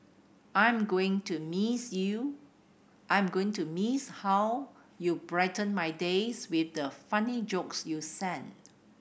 I am going to miss you I am going to miss how you brighten my days with the funny jokes you sent